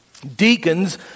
Deacons